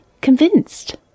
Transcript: convinced